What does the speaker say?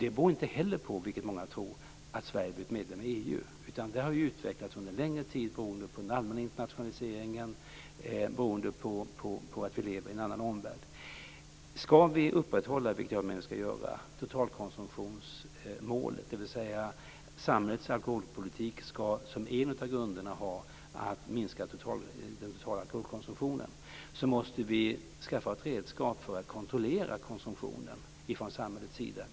Det beror inte heller på, vilket många tror, att Sverige blivit medlem i EU. Det har utvecklats under en längre tid beroende på den allmänna internationaliseringen, på att vi lever med en annan omvärld. Skall vi upprätthålla totalkonsumtionsmålet, vilket jag tycker, dvs. att samhällets alkoholpolitik skall som en av grunderna ha att minska den totala konsumtionen, så måste vi skapa ett redskap för att kontrollera konsumtionen från samhällets sida.